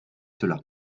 cela